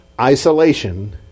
Isolation